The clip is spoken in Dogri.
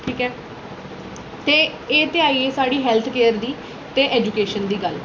ठीक ऐ एह् ते आई गेई साढ़ी हैल्थ केयर दी ते ऐजुकेशन दी गल्ल